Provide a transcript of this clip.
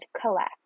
Collect